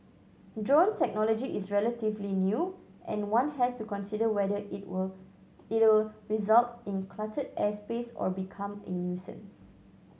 drone technology is relatively new and one has to consider whether it will it'll result in cluttered airspace or become a nuisance